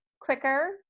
quicker